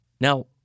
Now